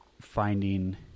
finding